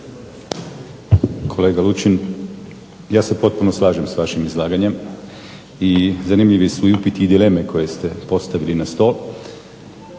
Kolega Lučin ja se potpuno slažem sa vašim izlaganjem i zanimljivi su upiti i dileme koje ste postavili na stol.